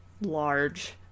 large